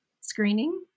screening